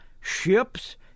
ships